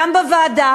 גם בוועדה